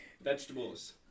Vegetables